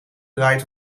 draait